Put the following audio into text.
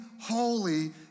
holy